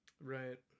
Right